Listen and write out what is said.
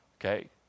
okay